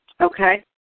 Okay